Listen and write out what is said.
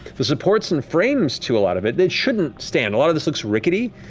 the supports and frames to a lot of it, it shouldn't stand. a lot of this looks rickety,